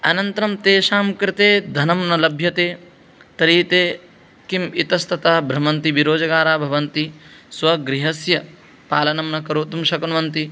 अनन्तरं तेषां कृते धनं न लभ्यते तर्हि ते किम् इतस्ततः भ्रमन्ति विरोजगाराः भवन्ति स्वगृहस्य पालनं न कर्तुं शक्नुवन्ति